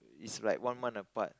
is like one month apart